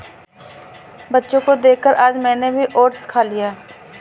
बच्चों को देखकर आज मैंने भी ओट्स खा लिया